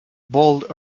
bold